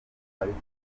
ariko